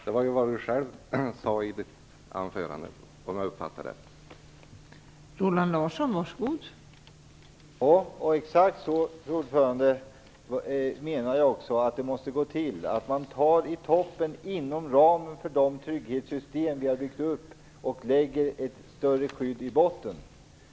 Det sade ju Roland Larsson själv i sitt anförande, om jag uppfattade honom rätt.